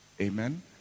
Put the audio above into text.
Amen